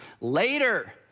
Later